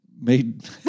Made